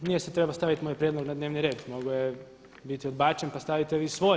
Nije se trebao staviti moj prijedlog na dnevni red, mogao je biti odbačen pa stavite vi svoj.